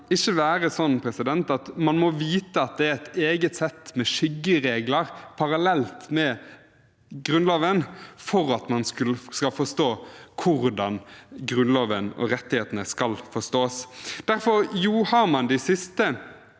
ikke være sånn at man må vite at det er et eget sett med skyggeregler parallelt med Grunnloven for at man skal forstå hvordan Grunnloven og rettighetene skal forstås. Derfor har man de siste